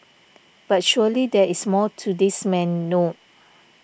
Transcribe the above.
but surely there is more to this man no